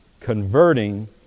converting